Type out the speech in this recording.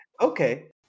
Okay